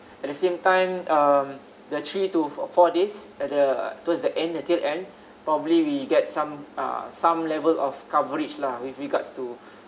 at the same time um there're three to fo~ four days at the tours that end until end probably we get some uh some level of coverage lah with regards to